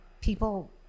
people